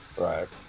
Right